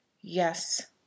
Yes